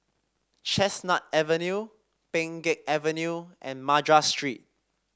Chestnut Avenue Pheng Geck Avenue and Madras Street